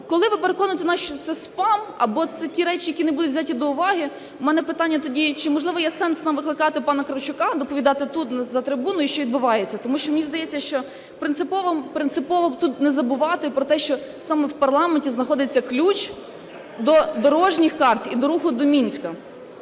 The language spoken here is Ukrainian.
коли ви переконуєте нас, що це спам або це ті речі, які не будуть взяті до уваги, у мене питання тоді: чи, можливо, є сенс нам викликати пана Кравчука, доповідати тут за трибуною, що відбувається? Тому що мені здається, що принципово тут не забувати про те, що саме в парламенті знаходиться ключ до дорожніх карт і до руху до Мінська.